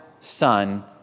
Son